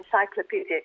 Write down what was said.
encyclopedic